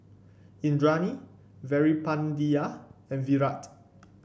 Indranee Veerapandiya and Virat